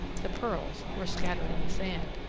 the pearls were scattered in the sand.